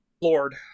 Lord